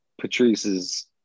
Patrice's